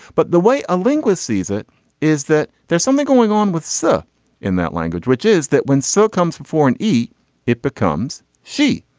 but the way a linguist sees it is that there's something going on with so her in that language which is that when so comes for foreign e it becomes she.